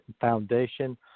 Foundation